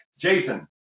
Jason